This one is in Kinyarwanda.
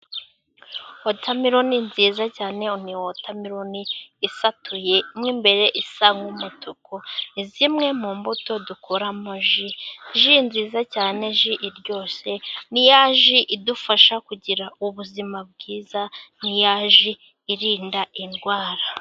Wotameloni nziza cyane, ni wotameloni isatuye mwo imbere isa n'umutuku, ni zimwe mu mbuto dukoramo ji, ji nziza cyane, ji iryoshye ni ya ji idufasha kugira ubuzima bwiza, ni ya ji irinda indwara.